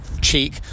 cheek